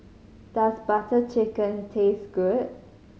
does Butter Chicken taste good